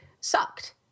sucked